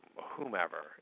whomever